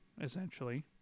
essentially